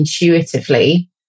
intuitively